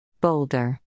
boulder